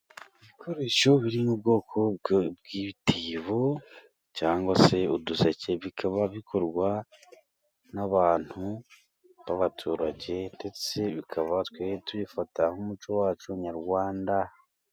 Ibikoresho biri mu bwoko bw'ibitebo cyangwa se uduseke. Bikaba bikorwa n'abantu b'abaturage ndetse bikaba tubifata nk'umuco wacu nyarwanda.